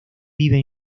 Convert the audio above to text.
vive